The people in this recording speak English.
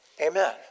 Amen